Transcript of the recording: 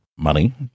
Money